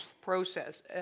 process